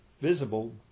visible